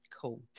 Cool